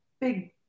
big